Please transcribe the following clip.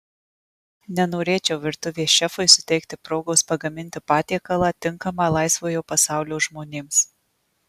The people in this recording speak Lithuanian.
nenorėčiau virtuvės šefui suteikti progos pagaminti patiekalą tinkamą laisvojo pasaulio žmonėms